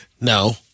No